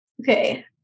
Okay